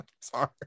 sorry